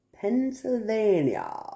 Pennsylvania